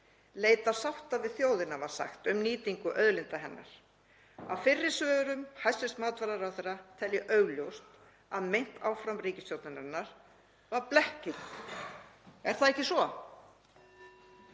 leita sátta við þjóðina, var sagt, um nýtingu auðlinda hennar. Af fyrri svörum hæstv. matvælaráðherra tel ég augljóst að meint áform ríkisstjórnarinnar voru blekking. Er það ekki svo?